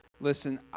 listen